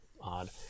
odd